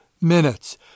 minutes